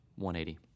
180